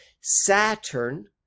Saturn